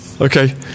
okay